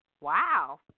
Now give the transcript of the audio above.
Wow